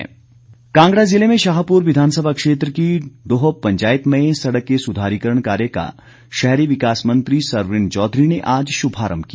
सरवीण कांगड़ा जिले में शाहपुर विधानसभा क्षेत्र की डोहब पंचायत में सड़क के सुधारीकरण कार्य का शहरी विकास मंत्री सरवीण चौधरी ने आज शुभारम्भ किया